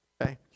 Okay